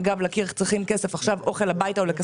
ואולי בגלל שהיו צריכים כסף בשביל אוכל או כסף